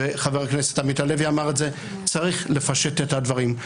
וחבר הכנסת עמית הלוי אמר את זה: צריך לפשט את הדברים.